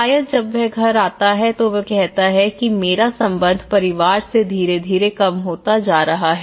शायद जब वह घर जाता है तो वह कहता है कि मेरा संबंध परिवार से धीरे धीरे कम होता जा रहा है